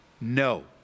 No